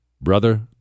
Brother